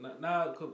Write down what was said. Now